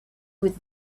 with